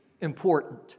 important